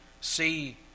see